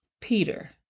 Peter